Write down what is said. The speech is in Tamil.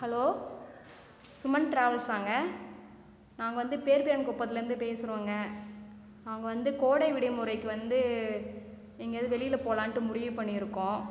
ஹலோ சுமன் டிராவல்ஸாங்க நாங்கள் வந்து பெர்பெரியான் குப்பத்துலேருந்து பேசுகிறோங்க அவங்க வந்து கோடை விடுமுறைக்கு வந்து எங்கேயாது வெளியில் போகலான்ட்டு முடிவு பண்ணிருக்கோம்